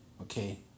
Okay